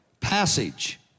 passage